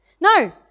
No